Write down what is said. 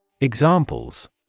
Examples